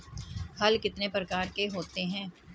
हल कितने प्रकार के होते हैं?